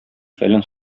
фәлән